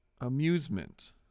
Amusement